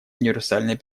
универсальной